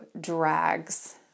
drags